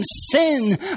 sin